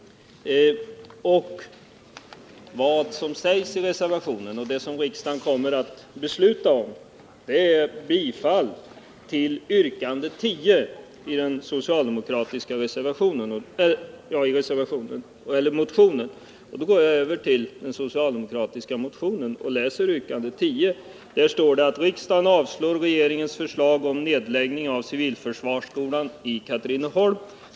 Vad som sägs i reservationen och det som riksdagen kommer att fatta beslut om är bifall till yrkande 10 i den socialdemokratiska motionen 482. Jag går då över till den motionen och läser yrkande 10. Där hemställs ”att riksdagen avslår regeringens förslag om nedläggning av civilförsvarsskolan i Katrineholm”.